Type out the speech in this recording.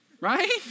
right